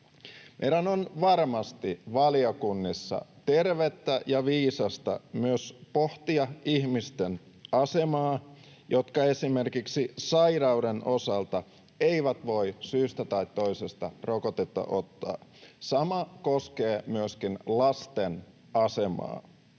Meidän on varmasti valiokunnissa tervettä ja viisasta myös pohtia niiden ihmisten asemaa, jotka esimerkiksi sairauden osalta eivät voi syystä tai toisesta rokotetta ottaa. Sama koskee myöskin lasten asemaa.